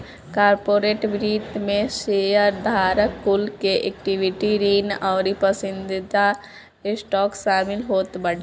corporate वित्त में शेयरधारक कुल के इक्विटी, ऋण अउरी पसंदीदा स्टॉक शामिल होत बाटे